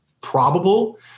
probable